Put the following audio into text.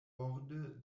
borde